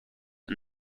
and